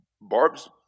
Barb's